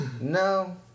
No